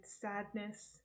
sadness